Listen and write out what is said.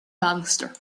bannister